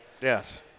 Yes